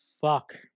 fuck